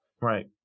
Right